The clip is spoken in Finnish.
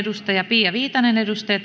pia viitanen